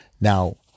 Now